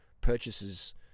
purchases